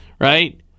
right